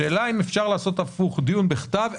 השאלה אם אפשר לעשות הפוך: דיון בכתב,